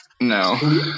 No